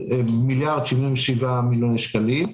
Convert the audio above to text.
ל-1.077 מיליארד שקלים.